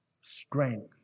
strength